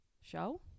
show